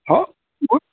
हँ हँ